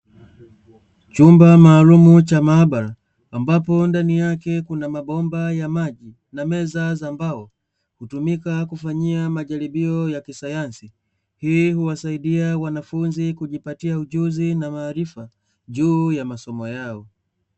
Chumba maalumu cha maabara ambapo ndani yake kuna mabomba ya maji na meza za mbao, hutumika kufanyia ya kisayansi, ili Kuwasaidia wanafunzi kujipatia ujuzi na maarifa juu ya masomo yao.